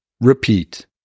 Repeat